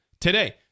Today